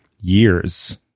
years